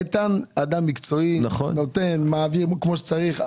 איתן כהן הוא אדם מקצועי, שמעביר כפי שצריך.